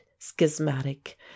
schismatic